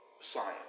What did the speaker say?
science